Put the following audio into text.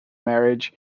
marriage